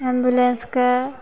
एम्बुलेन्सके